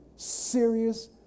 serious